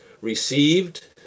received